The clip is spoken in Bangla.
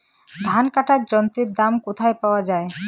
ধান কাটার যন্ত্রের দাম কোথায় পাওয়া যায়?